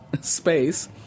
space